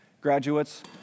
Graduates